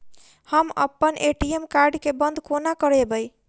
हम अप्पन ATM card केँ बंद कोना करेबै?